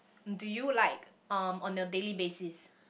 do you like um on a daily basis